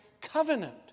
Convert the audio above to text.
covenant